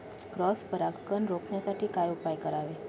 Cross परागकण रोखण्यासाठी काय उपाय करावे?